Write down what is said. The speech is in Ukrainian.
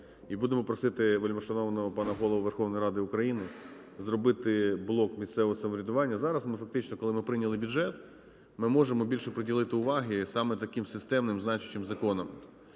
І будемо просити вельмишановного пана Голову Верховної Ради України зробити блок місцевого самоврядування. Зараз ми фактично, коли ми прийняли бюджет, ми можемо більше приділити уваги саме таким системним значущим законам,